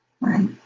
Right